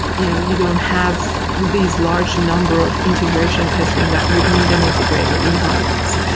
you know you don't have these large number of integration testing that would need and integrated environments.